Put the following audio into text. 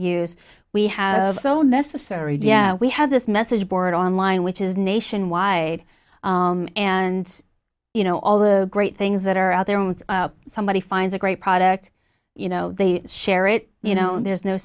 use we have so necessary yeah we have this message board online which is nationwide and you know all the great things that are out there with somebody finds a great product you know they share it you know there's no